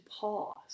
pause